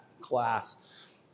class